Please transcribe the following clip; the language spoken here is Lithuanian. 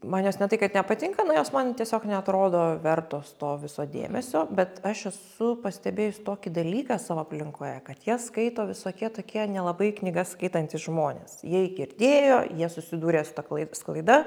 man jos ne tai kad nepatinka nu jos man tiesiog neatrodo vertos to viso dėmesio bet aš esu pastebėjus tokį dalyką savo aplinkoje kad jas skaito visokie tokie nelabai knygas skaitantys žmonės jei girdėjo jie susidūrė su ta klai sklaida